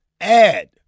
add –